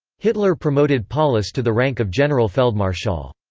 hitler promoted paulus to the rank of generalfeldmarschall.